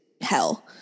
hell